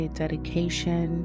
dedication